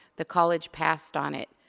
the college passed on it.